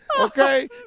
okay